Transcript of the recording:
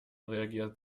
reagiert